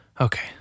Okay